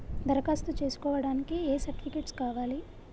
దరఖాస్తు చేస్కోవడానికి ఏ సర్టిఫికేట్స్ కావాలి?